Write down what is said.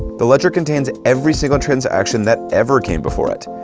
the ledger contains every single transaction that ever came before it,